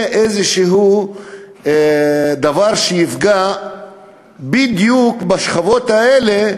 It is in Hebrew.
איזשהו דבר שיפגע בדיוק בשכבות האלה,